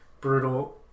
brutal